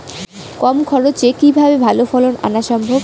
কম খরচে কিভাবে ভালো ফলন আনা সম্ভব?